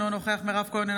אינו נוכח מירב כהן,